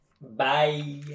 Bye